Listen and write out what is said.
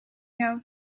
know